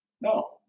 No